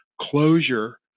closure